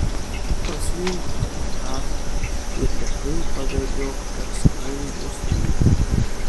pasiimk tomografą ir lėtai pavedžiok per skrandžio sritį